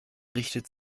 richtet